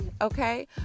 okay